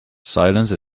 silence